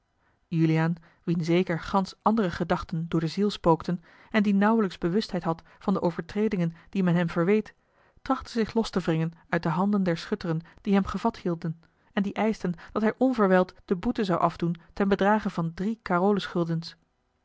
juliaan wien zeker gansch andere gedachten door de ziel spookten en die nauwelijks bewustheid had van de overtredingen die men hem verweet trachtte zich los te wringen uit de handen der schutteren die hem gevat hielden en die eischten dat hij onverwijld de boete zoude afdoen ten bedrage van drie